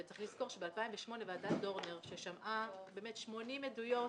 וצריך לזכור שב-2008 ועדת דורנר - ששמעה 80 עדויות,